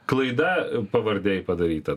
klaida pavardėj padaryta